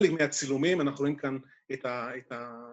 ‫חלק מהצילומים, ‫אנחנו רואים כאן את ה...